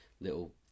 little